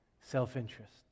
self-interest